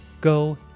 Go